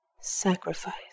Sacrifice